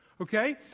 okay